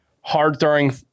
hard-throwing